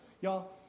y'all